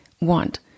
want